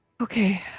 Okay